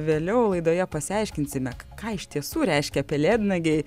vėliau laidoje pasiaiškinsime ką iš tiesų reiškia pelėdnagiai